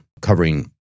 covering